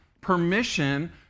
permission